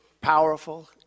powerful